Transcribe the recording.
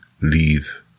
leave